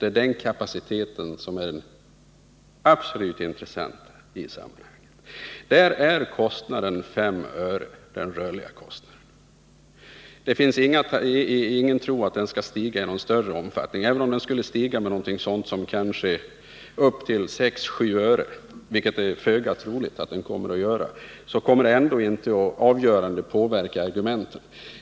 Det är den kapaciteten som är den verkligt intressanta i sammanhanget. Här är den rörliga kostnaden 5 öre. Ingen tror att den kommer att stiga i någon högre grad. Även om den skulle stiga till 6-7 öre, vilket är föga troligt, kommer detta inte att på ett avgörande sätt påverka argumenten.